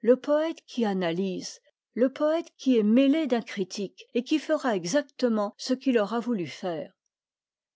le poète qui analyse le poète qui est mêlé d'un critique et qui fera exactement ce qu'il aura voulu faire